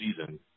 season